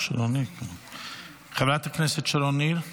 את הכסף.